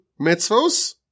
mitzvos